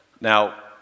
Now